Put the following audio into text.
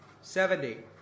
seventy